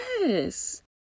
yes